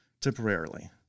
temporarily